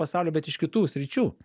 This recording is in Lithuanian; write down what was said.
pasaulį bet iš kitų sričių